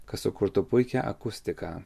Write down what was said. kas sukurtų puikią akustiką